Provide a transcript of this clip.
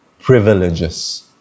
privileges